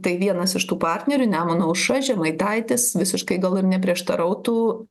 tai vienas iš tų partnerių nemuno aušra žemaitaitis visiškai gal ir neprieštarautų